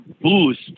boost